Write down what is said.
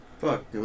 Fuck